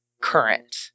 current